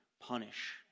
punish